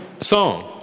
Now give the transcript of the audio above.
song